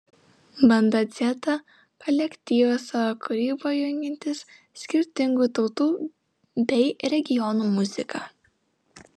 banda dzeta kolektyvas savo kūryboje jungiantis skirtingų tautų bei regionų muziką